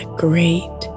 Great